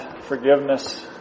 forgiveness